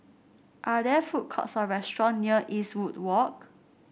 are there food courts or restaurants near Eastwood Walk